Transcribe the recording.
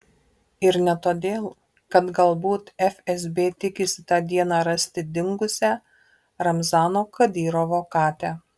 ir ne todėl kad galbūt fsb tikisi tą dieną rasti dingusią ramzano kadyrovo katę